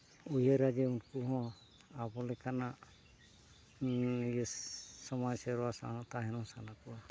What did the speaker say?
ᱩᱭᱦᱟᱹᱨᱟ ᱡᱮ ᱩᱱᱠᱩ ᱦᱚᱸ ᱟᱵᱚ ᱞᱮᱠᱟᱱᱟᱜ ᱥᱚᱢᱟᱡᱽ ᱥᱮᱨᱣᱟ ᱥᱟᱶ ᱛᱟᱦᱮᱱ ᱥᱟᱱᱟ ᱠᱚᱣᱟ